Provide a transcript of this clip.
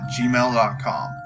gmail.com